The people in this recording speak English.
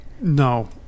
No